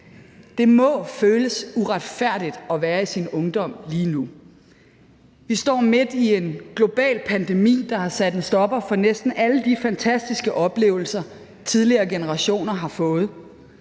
Det må føles uretfærdigt at være i sin ungdom lige nu. Vi står midt i en global pandemi, der har sat en stopper for næsten alle de fantastiske oplevelser, som tidligere generationer har fået: